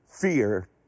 Fear